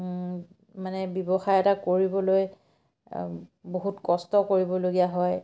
মানে ব্যৱসায় এটা কৰিবলৈ বহুত কষ্ট কৰিবলগীয়া হয়